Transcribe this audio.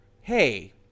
hey